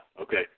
okay